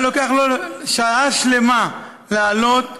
היה לוקח לו שעה שלמה לעלות,